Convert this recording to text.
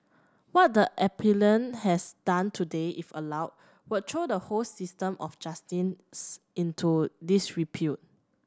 what the appellant has done today if allowed would throw the whole system of justice into disrepute